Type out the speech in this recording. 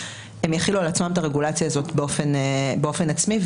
הם יחילו על עצמם את הרגולציה הזאת באופן עצמי.